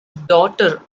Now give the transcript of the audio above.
daughter